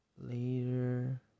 Later